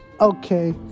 Okay